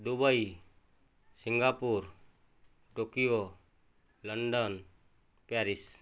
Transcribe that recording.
Dubai Singapore Tokyo London Paris